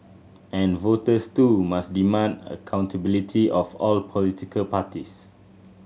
and voters too must demand accountability of all political parties